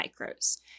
micros